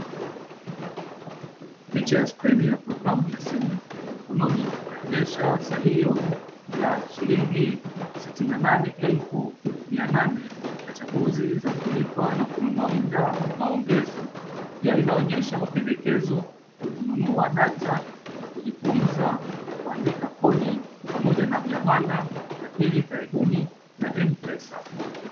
Picha ya skrini ya programu ya simu ya mkononi, inaonyesha salio la shilingi sitini na nane elfu mia nane na chaguzi za kulipa na kununua muda wa maongezi. Pia inaonyesha mapendekezo ya kununua data na kujifunza kuandika kodi pamoja na miamala ya hivi karibuni ya M-Pesa.